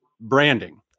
branding